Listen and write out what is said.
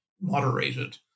moderated